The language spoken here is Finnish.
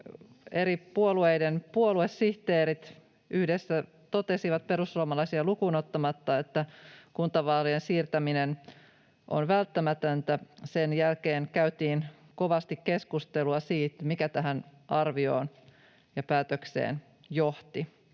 eri puolueiden puoluesihteerit yhdessä totesivat perussuomalaisia lukuun ottamatta, että kuntavaalien siirtäminen on välttämätöntä, käytiin kovasti keskustelua siitä, mikä tähän arvioon ja päätökseen johti.